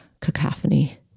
cacophony